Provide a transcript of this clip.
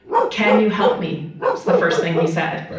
can you help me? what's the first thing he said? right.